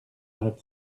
arab